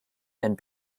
and